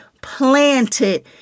planted